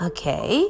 Okay